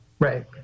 Right